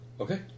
Okay